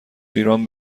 ایران